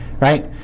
right